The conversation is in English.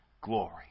glory